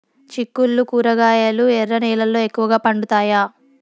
చిక్కుళ్లు కూరగాయలు ఎర్ర నేలల్లో ఎక్కువగా పండుతాయా